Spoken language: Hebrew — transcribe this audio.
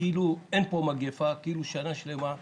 כאילו אין פה מגפה שנה שלמה.